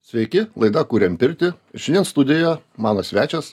sveiki laida kuriam pirtį šiandien studijoje mano svečias